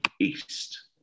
East